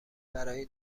برای